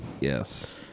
Yes